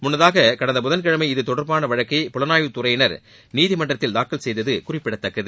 முன்னதாக கடந்த புதன்கிழமை இதுதொடர்பான வழக்கை புலனாய்வுத் துறையினர் நீதிமன்றத்தில் தாக்கல் செய்தது குறிப்பிடத்தக்கது